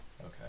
Okay